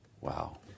Wow